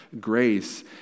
grace